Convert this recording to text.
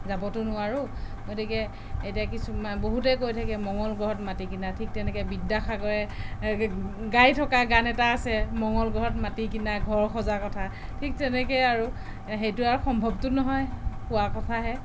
যাবতো নোৱাৰোঁ গতিকে এতিয়া কিছুমান বহুতেই কৈ থাকে মঙ্গল গ্ৰহত মাটি কিনা ঠিক তেনেকৈ বিদ্য়াসাগৰে গাই থকা গান এটা আছে মঙ্গল গ্ৰহত মাটি কিনা ঘৰ সজা কথা ঠিক তেনেকৈয়ে আৰু সেইটো আৰু সম্ভৱটো নহয় কোৱা কথাহে